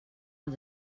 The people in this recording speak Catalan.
als